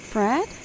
Fred